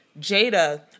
Jada